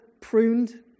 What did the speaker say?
pruned